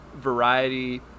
Variety